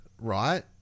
Right